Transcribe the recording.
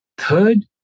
Third